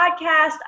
podcast